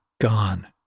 gone